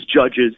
judges